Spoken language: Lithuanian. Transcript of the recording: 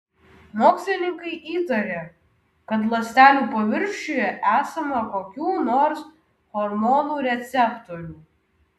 mokslininkai įtarė kad ląstelių paviršiuje esama kokių nors hormonų receptorių